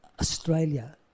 Australia